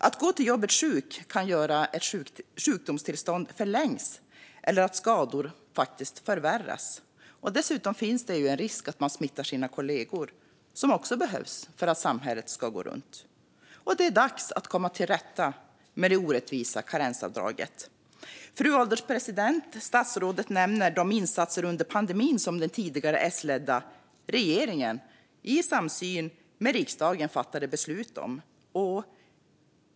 Att gå till jobbet sjuk kan göra att ett sjukdomstillstånd förlängs eller att skador förvärras. Dessutom finns det ju en risk att man smittar sina kollegor, som också behövs för att samhället ska gå runt. Det är dags att komma till rätta med det orättvisa karensavdraget. Fru ålderspresident! Statsrådet nämner de insatser under pandemin som den tidigare S-ledda regeringen i samsyn med riksdagen fattade beslut om.